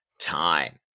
time